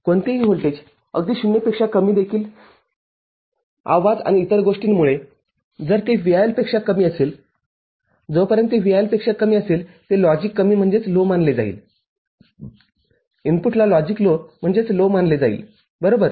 कोणतेही व्होल्टेजअगदी ० पेक्षा कमी देखीलआवाज आणि इतर गोष्टींमुळेजर ते VIL पेक्षा कमी असेलजोपर्यंत ते VIL पेक्षा कमी असेल ते लॉजिक कमी मानले जाईलइनपुटला लॉजिक लो मानले जाईल बरोबर